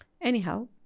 Anyhow